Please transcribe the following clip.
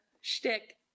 shtick